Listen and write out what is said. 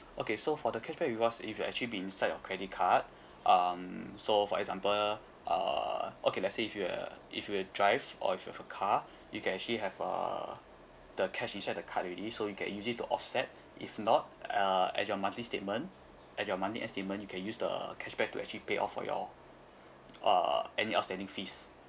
okay so for the cashback rewards it will actually be inside your credit card um so for example uh okay let's say if you were if you were drive or if you have a car you can actually have uh the cash inside the card already so you can use it to offset if not uh at your monthly statement at your monthly end statement you can use the cashback to actually pay off for your uh any outstanding fees